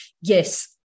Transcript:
yes